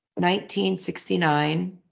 1969